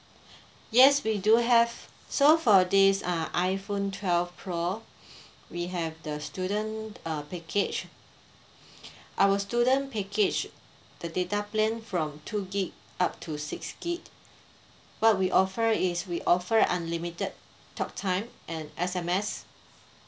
yes we do have so for this uh iphone twelve pro we have the student uh package our student package the data plan from two gig up to six gig what we offer is we offer unlimited talk time and S_M_S